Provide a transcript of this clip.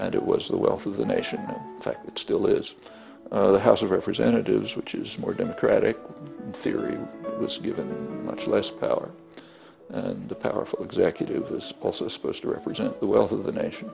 and it was the wealth of the nation it still is the house of representatives which is more democratic theory was given much less power and powerful executive was also supposed to represent the wealth of the nation